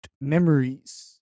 memories